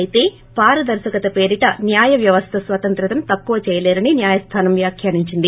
అయితే పారదర్శకత పేరిట న్యాయవ్యవస్థ స్వతంత్రతను తక్కువ చేయలేరని న్యాయస్థానం వ్యాఖ్యానించింది